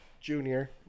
Junior